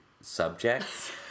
subjects